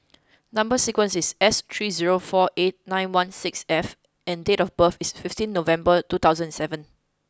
number sequence is S three zero four eight nine one six F and date of birth is fifteen November two thousand seven